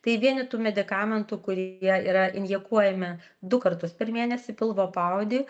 tai vieni tų medikamentų kurie yra injekuojami du kartus per mėnesį pilvo paodį